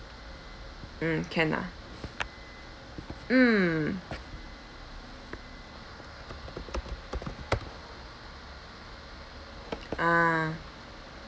mm can ah mm